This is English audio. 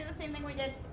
thing we did.